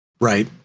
Right